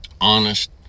honest